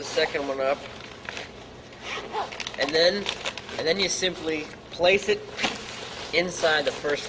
the second one up and then and then you simply place it inside the first